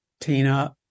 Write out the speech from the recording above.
Tina